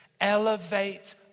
elevate